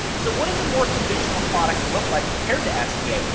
so what is a more conventional product look like compared to sba.